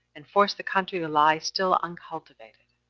and forced the country to lie still uncultivated,